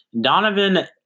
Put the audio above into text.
Donovan